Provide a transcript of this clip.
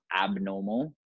abnormal